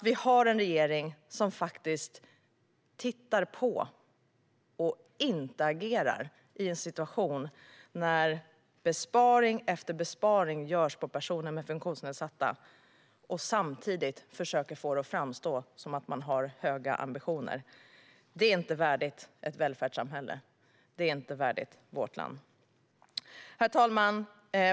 Vi har en regering som tittar på och inte agerarar i en situation där besparing efter besparing görs på personer med funktionsnedsättning och samtidigt försöker få det att framstå som att man har höga ambitioner. Det är inte värdigt ett välfärdssamhälle. Det är inte värdigt vårt land. Herr talman!